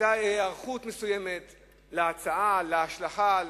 היתה היערכות מסוימת להצעה, להשלכות שלה,